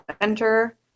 enter